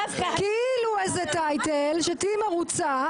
נותנים לך כאילו איזה טייטל שתהיי מרוצה,